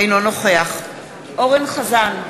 אינו נוכח אורן אסף חזן,